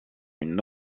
une